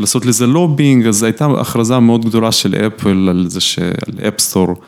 ולעשות לזה לובינג, אז הייתה הכרזה מאוד גדולה של אפל על זה שעל אפסטור.